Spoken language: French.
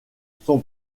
son